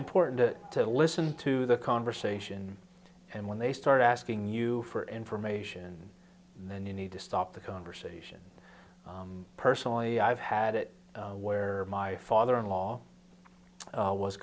mportant to listen to the conversation and when they start asking you for information then you need to stop the conversation personally i've had it where my father in law